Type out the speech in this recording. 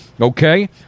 okay